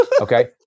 okay